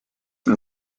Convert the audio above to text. nii